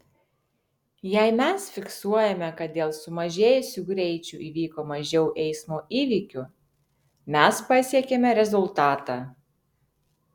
jei mes fiksuojame kad dėl sumažėjusių greičių įvyko mažiau eismo įvykių mes pasiekiame rezultatą